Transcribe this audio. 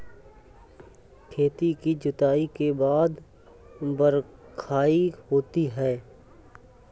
खेती की जुताई के बाद बख्राई होती हैं?